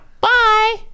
Bye